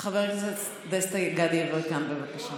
דסטה גדי יברקן, בבקשה,